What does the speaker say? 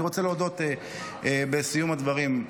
אני רוצה להודות, בסיום הדברים,